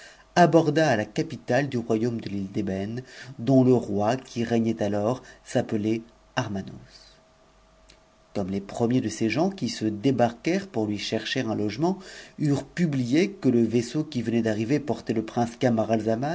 aborda à la capitale du royaume de l'île d'ébène dont le roi qui régnait alors s'appelait armanos comme les premiers de ses gens qui se débarquèrent pour lui chercher un logement eurent publié que le vaisseau qui venait d'arriver po't le prince